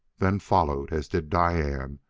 then followed as did diane,